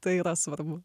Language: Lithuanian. tai yra svarbu